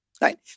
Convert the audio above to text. right